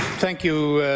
thank you,